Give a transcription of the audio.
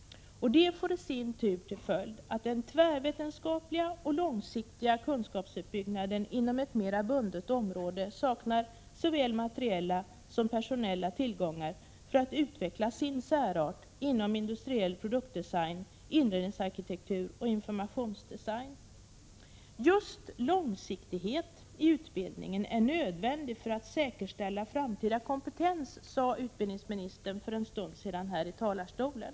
Det får i sin tur till följd att den tvärvetenskapliga och långsiktiga kunskapsuppbyggnaden inom ett mer bundet område saknar såväl materiella som personella tillgångar för att utveckla sin särart inom industriell produktdesign, inredningsarkitektur och informationsdesign. Just långsiktighet i utbildningen är nödvändig för att säkerställa framtida kompetens, sade utbildningsministern för en stund sedan här i talarstolen.